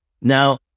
Now